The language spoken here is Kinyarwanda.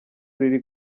riri